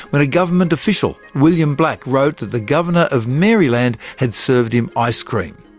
when a government official, william black, wrote that the governor of maryland had served him ice-cream.